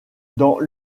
dans